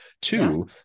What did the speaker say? Two